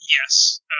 Yes